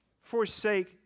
forsake